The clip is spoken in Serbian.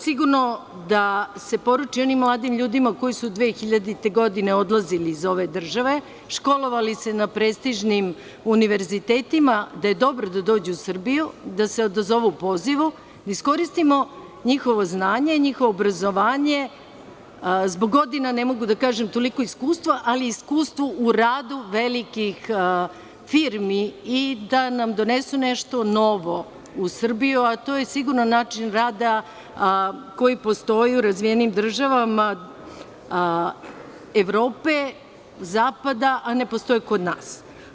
Sigurno, da se poruči onim mladim ljudima koji su 2000. godine odlazili iz ove države, školovali se na prestižnim univerzitetima, da je dobro da dođu u Srbiju, da je dobro da se odazovu pozivu, da iskoristimo njihovo znanje, njihovo obrazovanje, zbog godina ne mogu da kažem, toliko iskustvo, ali iskustvo u radu velikih firmi, kao i da nam donesu nešto novo u Srbiju, a to je siguran način rada koji postoji u razvijenim državama Evrope, zapada, a ne postoji kod nas.